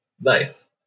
Nice